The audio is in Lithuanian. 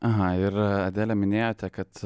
aha ir adele minėjote kad